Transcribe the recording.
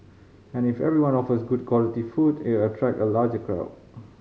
and if everyone offers good quality food it'll attract a larger crowd